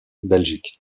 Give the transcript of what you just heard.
belgique